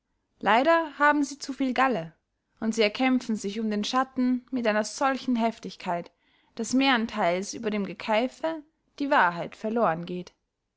leider haben sie zu viel galle und sie erkämpfen sich um den schatten mit einer solchen heftigkeit daß mehrentheils über dem gekeife die wahrheit verlohren geht